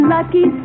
Lucky